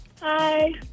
Hi